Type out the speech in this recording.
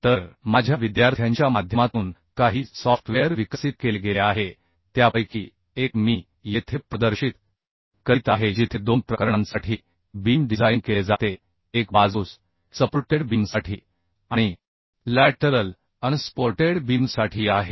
तर माझ्या विद्यार्थ्यांच्या माध्यमातून काही सॉफ्टवेअर विकसित केले गेले आहे त्यापैकी एक मी येथे प्रदर्शित करीत आहे जिथे दोन प्रकरणांसाठी बीम डिझाइन केले जाते एक बाजूस सपोर्टेड बीमसाठी आणि लॅटरल अनसपोर्टेड बीमसाठी आहे